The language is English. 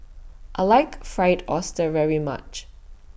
I like Fried Oyster very much